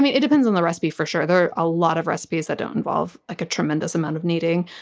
it depends on the recipe, for sure. there are a lot of recipes that don't involve like a tremendous amount of kneading,